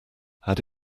had